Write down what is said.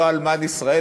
לא אלמן ישראל,